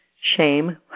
shame